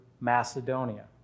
Macedonia